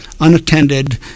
unattended